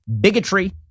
bigotry